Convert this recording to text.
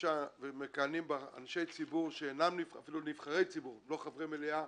בראשה ומכהנים בה אנשי ציבור שאינם אפילו נבחרי ציבור לא חברי מליאה,